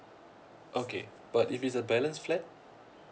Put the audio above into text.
okay but if is a balance flat